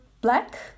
black